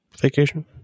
vacation